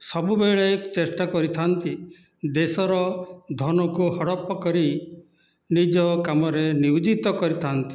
ସବୁବେଳେ ଚେଷ୍ଟା କରିଥାନ୍ତି ଦେଶର ଧନକୁ ହଡ଼ପ କରି ନିଜ କାମରେ ନିୟୋଜିତ କରିଥାନ୍ତି